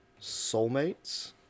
Soulmates